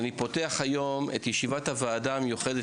אני פותח היום את ישיבת הוועדה המיוחדת